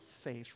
faith